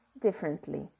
differently